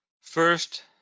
First